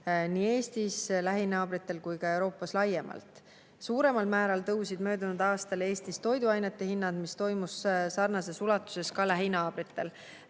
nii Eestis, lähinaabritel kui ka Euroopas laiemalt. Suuremal määral tõusid möödunud aastal Eestis toiduainete hinnad, see toimus sarnases ulatuses ka lähinaabritel.